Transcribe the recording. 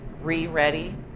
re-ready